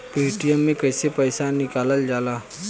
Paytm से कैसे पैसा निकलल जाला?